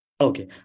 Okay